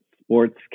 sports